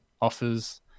offers